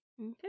Okay